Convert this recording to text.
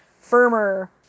firmer